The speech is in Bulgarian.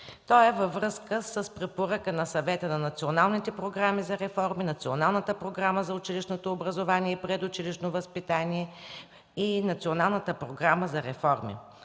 Той е във връзка с препоръка на Съвета за националните програми за реформи, Националната програма за училищното образование и предучилищното възпитание и Националната програма за реформи.